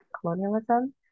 colonialism